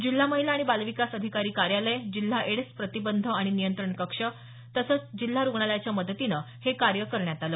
जिल्हा महिला आणि बालविकास अधिकारी कार्यालय जिल्हा एड्स प्रतिबंध आणि नियंत्रणक पथक तसंच जिल्हा रूग्णालयाच्या मदतीनं हे कार्य करण्यात आलं